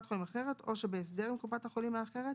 או שבהסדר עם קופת החולים האחרת,